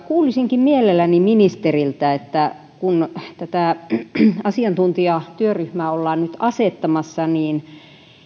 kuulisinkin mielelläni ministeriltä että kun tätä asiantuntijatyöryhmää ollaan nyt asettamassa niin